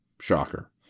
shocker